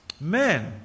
men